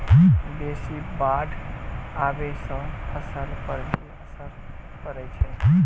बेसी बाढ़ आबै सँ फसल पर की असर परै छै?